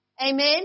Amen